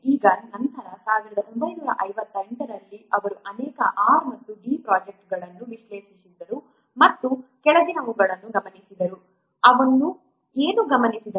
ಈಗ ನಂತರ 1958 ರಲ್ಲಿ ಅವರು ಅನೇಕ R ಮತ್ತು D ಪ್ರೊಜೆಕ್ಟ್ಗಳನ್ನು ವಿಶ್ಲೇಷಿಸಿದರು ಮತ್ತು ಕೆಳಗಿನವುಗಳನ್ನು ಗಮನಿಸಿದರು ಅವನು ಏನು ಗಮನಿಸಿದನು